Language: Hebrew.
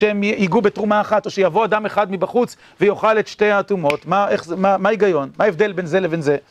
שהם ייגעו בתרומה אחת, או שיבוא אדם אחד מבחוץ ויאכל את שתי התרומות, מה ההיגיון? מה ההבדל בין זה לבין זה?